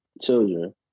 Children